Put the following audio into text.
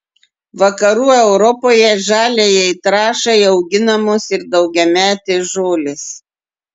vakarų europoje žaliajai trąšai auginamos ir daugiametės žolės